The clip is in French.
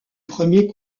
premier